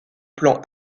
plans